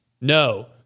No